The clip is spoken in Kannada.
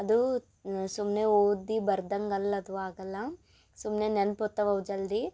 ಅದು ಸುಮ್ಮನೆ ಓದಿ ಬರ್ದಂಗೆ ಅಲ್ಲ ಅದು ಆಗಲ್ಲ ಸುಮ್ಮನೆ ನೆನ್ಪೋತವೆ ಅವು ಜಲ್ದಿ